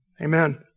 Amen